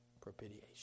propitiation